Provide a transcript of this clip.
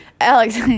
Alex